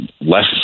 less